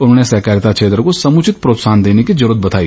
उन्होंने सहकारिता क्षेत्र को समुचित प्रोत्साहन देने की जरूरत बताई